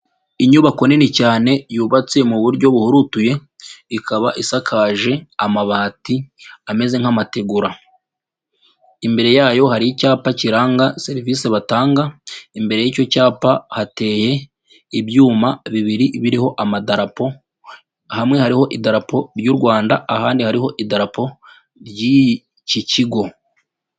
Inyubako nini cyane yubatse mu buryo buhurutuye, ikaba isakaje amabati ameze nk'amategura, imbere yayo hari icyapa kiranga serivisi batanga, imbere y'icyo cyapa hateye ibyuma bibiri biriho amadarapo, hamwe hariho idarapo y'u Rwanda, ahandi hariho idarapo ry'iki kigo.